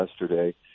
yesterday